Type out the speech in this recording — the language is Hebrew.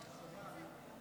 בעד,